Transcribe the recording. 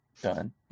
done